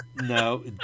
no